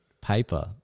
paper